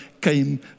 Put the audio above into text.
came